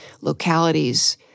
localities